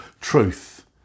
truth